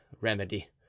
remedy